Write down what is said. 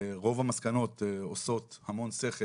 רוב המסקנות עושות המון שכל